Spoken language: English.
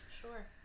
Sure